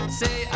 say